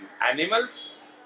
animals